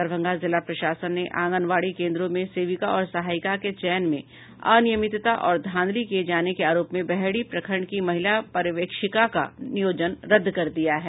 दरभंगा जिला प्रशासन ने आंगनबाड़ी केंद्रों में सेविका और सहायिका के चयन में अनियमितता और धांधली किये जाने के आरोप में बहेड़ी प्रखंड की महिला पर्यवेक्षिका का नियोजन रद्द कर दिया है